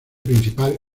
principal